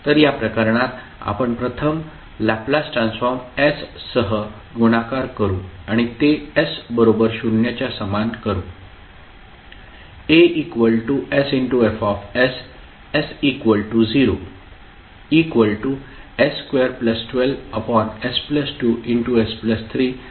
तर या प्रकरणात आपण प्रथम लॅपलास ट्रान्सफॉर्म s सह गुणाकार करू आणि ते s बरोबर 0 च्या समान करू